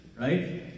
right